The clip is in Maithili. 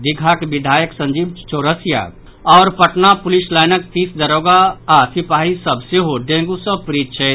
दीघाक विधायक संजीव चौरसिया सहित पटना पुलिस लाईनक तीस दारोगा आओर सिपाही सभ सेहो डेंगू सॅ पीड़ित छथि